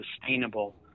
sustainable